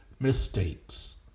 Mistakes